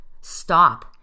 stop